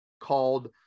called